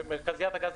ומרכזיית הגז,